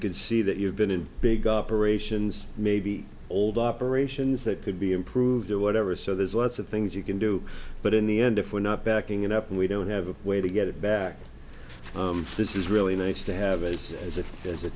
could see that you've been in big operations maybe old operations that could be improved or whatever so there's lots of things you can do but in the end if we're not backing it up and we don't have a way to get it back this is really nice to have it as a as a